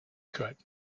could